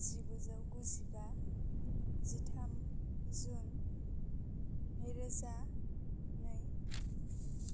जिगुजौ गुजिबा जिथाम जुन नै रोजा नै